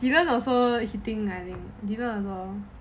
dylan also hitting dylan also